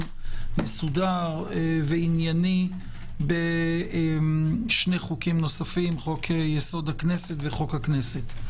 מסודר וענייני בשני חוקים נוספים חוק יסוד: הכנסת וחוק הכנסת.